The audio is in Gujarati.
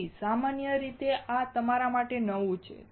તેથી સામાન્ય રીતે આ પણ તમારા માટે નવું છે